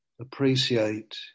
appreciate